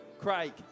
Craig